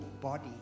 body